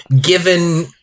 given